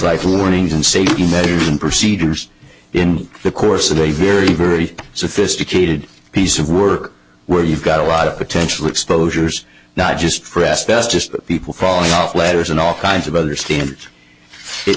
the warnings and safety measures and procedures in the course of a very very sophisticated piece of work where you've got a lot of potential exposures not just frest s just people falling off letters and all kinds of other standards it